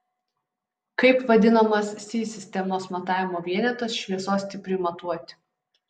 kaip vadinamas si sistemos matavimo vienetas šviesos stipriui matuoti